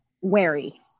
wary